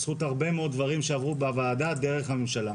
בזכות הרבה מאוד דברים שעברו בוועדה דרך הממשלה,